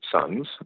sons